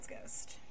Ghost